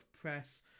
Press